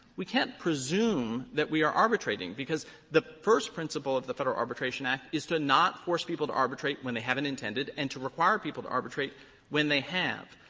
we can't presume that we are arbitrating, because the first principle of the federal arbitration act is to not force people to arbitrate when they haven't intended, and to require people to arbitrate when they have.